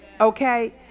okay